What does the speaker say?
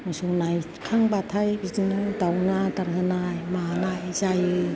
मोसौ नायखांबाथाय बिदिनो दावनो आदार होनाय मानाय जायो